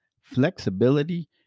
flexibility